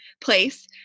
place